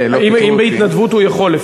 בהתנדבות הוא יכול.